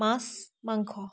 মাছ মাংস